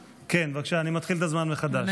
כן, בבקשה, אני מתחיל את הזמן מחדש.